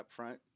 upfront